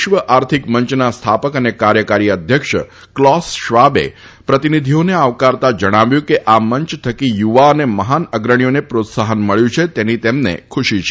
વિશ્વ આર્થિક મંયના સ્થાપક અને કાર્યકારી અધ્યક્ષ ક્લોસ શ્વાબે પ્રતિનિધીઓને આવકારતા ગઇકાલે જણાવ્યું છે કે આ મંચ થકી થુવા અને મહાન અગ્રણીઓને પ્રોત્સાહન મળ્યું છે તેની તેમને ખુશી છે